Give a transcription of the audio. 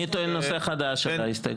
אני טוען נושא חדש על ההסתייגות הזאת.